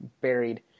buried